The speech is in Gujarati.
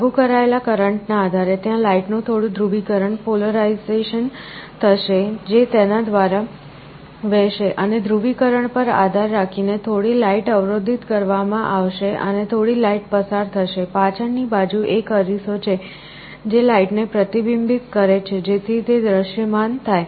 લાગુ કરાયેલા કરંટ ના આધારે ત્યાં લાઈટ નું થોડું ધ્રુવીકરણ થશે જે તેના દ્વારા વહેશે અને ધ્રુવીકરણ પર આધાર રાખીને થોડી લાઈટ અવરોધિત કરવામાં આવશે અને થોડી લાઈટ પસાર થશે પાછળ ની બાજુ એક અરીસો છે જે લાઈટને પ્રતિબિંબિત કરે છે જેથી તે દ્દશ્યમાન થાય